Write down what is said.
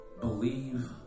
believe